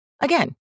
Again